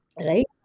right